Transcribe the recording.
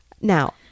Now